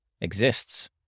exists